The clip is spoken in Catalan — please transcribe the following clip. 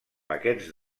paquets